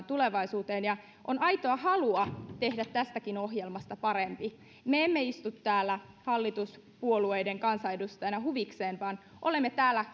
tulevaisuuteen ja että on aitoa halua tehdä tästäkin ohjelmasta parempi me emme istu täällä hallituspuolueiden kansanedustajina huviksemme vaan olemme täällä